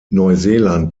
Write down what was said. neuseeland